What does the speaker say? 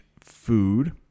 food